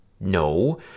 No